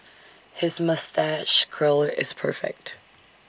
his moustache curl is perfect